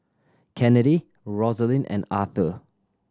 Kennedi Rosalind and Arther